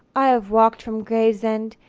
i have walked from gravesend,